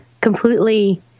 completely